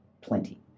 plenty